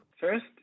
First